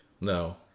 No